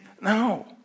No